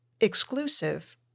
exclusive